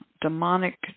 demonic